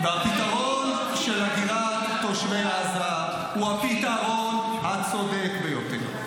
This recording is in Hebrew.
והפתרון של הגירת תושבי עזה הוא הפתרון הצודק ביותר.